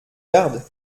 garde